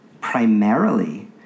primarily